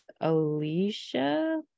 Alicia